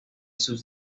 sus